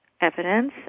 evidence